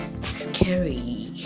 Scary